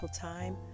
time